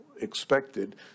expected